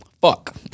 fuck